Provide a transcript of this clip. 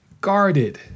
guarded